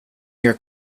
your